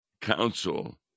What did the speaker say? council